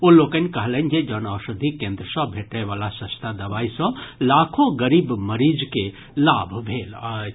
ओ लोकनि कहलनि जे जन औषधि केंद्र सँ भेटय वला सस्ता दवाई सँ लाखो गरीब मरीज के लाभ भेल अछि